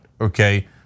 okay